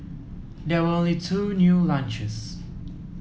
there were only two new launches